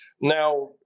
Now